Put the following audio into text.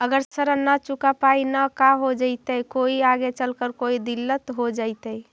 अगर ऋण न चुका पाई न का हो जयती, कोई आगे चलकर कोई दिलत हो जयती?